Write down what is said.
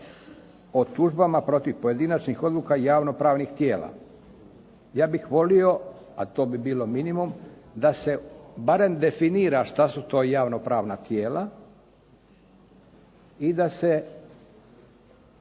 o tužbama protiv pojedinačnih odluka javno-pravnih tijela. Ja bih volio, a to bi bilo minimum, da se barem definira što su to javno-pravna tijela i da se